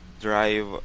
drive